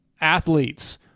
athletes